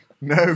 No